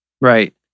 Right